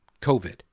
COVID